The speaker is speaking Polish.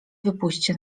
wypuśćcie